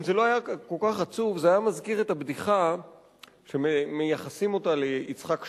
אם זה לא היה כל כך עצוב זה היה מזכיר את הבדיחה שמייחסים ליצחק שמיר,